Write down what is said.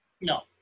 No